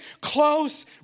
close